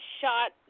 shot